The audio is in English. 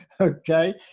Okay